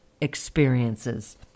experiences